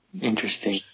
Interesting